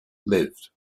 lived